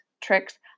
tricks